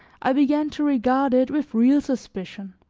i began to regard it with real suspicion.